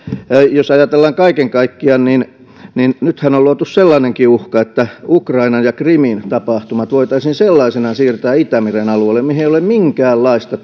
jos ajatellaan kaiken kaikkiaan niin niin nythän on luotu sellainenkin uhka että ukrainan ja krimin tapahtumat voitaisiin sellaisenaan siirtää itämeren alueelle mihin ei ole minkäänlaista